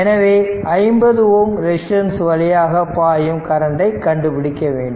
எனவே 50 ohm resistance வழியாக பாயும் கரண்டை கண்டுபிடிக்க வேண்டும்